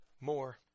more